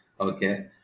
Okay